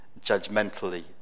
judgmentally